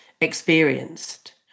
experienced